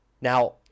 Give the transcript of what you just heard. Now